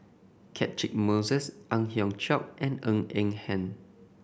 Catchick Moses Ang Hiong Chiok and Ng Eng Hen